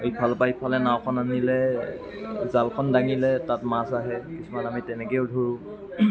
ইফালৰ পৰা সিফালে নাওখন আনিলে জালখন দাঙিলে তাত মাছ আহে কিছুমান আমি তেনেকৈও ধৰোঁ